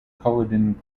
culloden